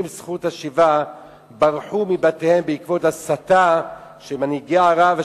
זכות שיבה ברחו מבתיהם בעקבות הסתה של מנהיגי ערב,